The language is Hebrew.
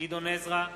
גדעון עזרא,